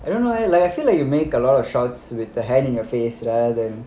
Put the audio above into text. I don't know leh like I feel like you make a lot of shots with the head in your face rather than